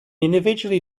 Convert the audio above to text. individually